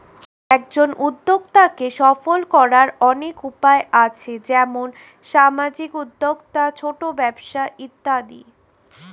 একজন উদ্যোক্তাকে সফল করার অনেক উপায় আছে, যেমন সামাজিক উদ্যোক্তা, ছোট ব্যবসা ইত্যাদি